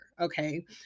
Okay